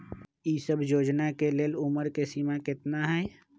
ई सब योजना के लेल उमर के सीमा केतना हई?